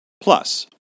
Plus